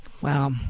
Wow